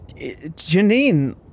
Janine